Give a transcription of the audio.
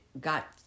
got